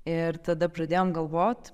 ir tada pradėjom galvot